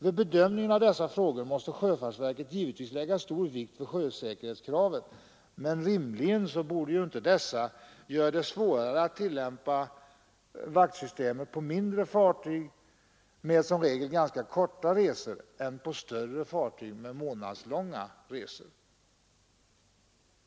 Vid bedömningen av dessa frågor måste sjöfartsverket givetvis lägga stor vikt vid sjösäkerhetskravet, men rimligen borde det inte göra det svårare att tillämpa tvåvaktssystemet på mindre fartyg med som regel ganska korta resor än på större fartyg med månadslånga resor.